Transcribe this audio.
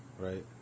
right